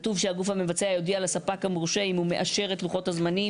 כתוב שהגוף המבצע יודיע לספק המורשה אם הוא מאשר את לוחות הזמנים